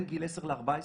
בין גיל 10 ל-14,